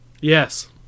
Yes